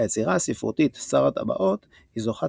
היצירה הספרותית "שר הטבעות" היא זוכת